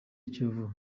kiyovu